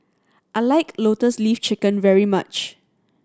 I like Lotus Leaf Chicken very much